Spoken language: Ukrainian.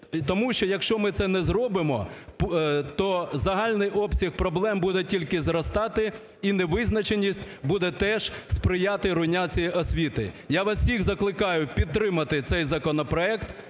Тому що якщо ми це не зробимо, то загальний обсяг проблем буде тільки зростати, і невизначеність буде теж сприяти руйнації освіти. Я вас усіх закликаю підтримати цей законопроект,